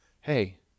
hey